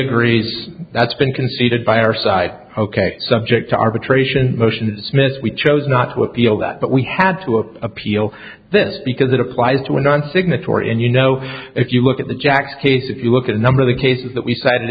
agrees that's been conceded by our side ok subject to arbitration motion to dismiss we chose not to appeal that but we had to appeal this because it applied to a non signatory and you know if you look at the jacks case if you look at a number of the cases that we cited